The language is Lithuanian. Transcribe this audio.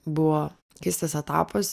buvo keistas etapas